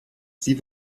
sie